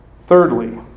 Thirdly